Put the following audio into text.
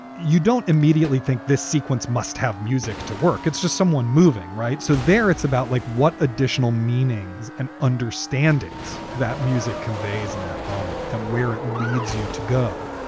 you don't immediately think this sequence must have music to work. just someone moving. right. so there it's about like what additional meanings and understandings that music conveys in that moment and where it leads you to go.